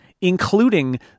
including